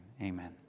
Amen